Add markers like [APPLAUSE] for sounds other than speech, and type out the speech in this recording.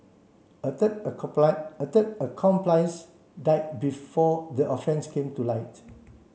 a third [UNINTELLIGIBLE] a third accomplice died before the offences came to light